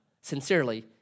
sincerely